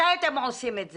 מתי אתם עושים את זה?